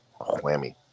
whammy